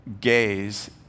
gaze